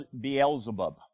Beelzebub